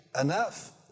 enough